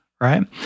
right